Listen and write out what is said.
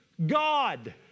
God